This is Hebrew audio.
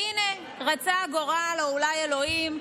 והינה, רצה הגורל, אולי אלוהים,